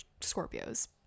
Scorpios